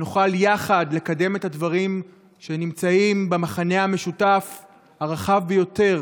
שנוכל יחד לקדם את הדברים שנמצאים במכנה המשותף הרחב ביותר.